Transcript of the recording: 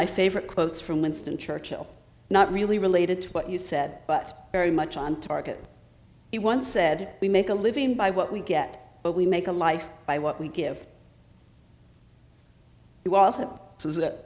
my favorite quotes from winston churchill not really related to what you said but very much on target he once said we make a living by what we get but we make a life by what we give to all that so that